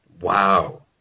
Wow